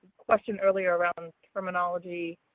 question earlier around terminology